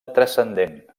transcendent